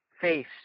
face